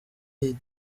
iyi